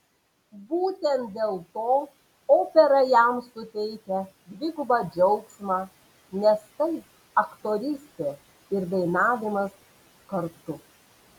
būtent dėl to opera jam suteikia dvigubą džiaugsmą nes tai aktorystė ir dainavimas kartu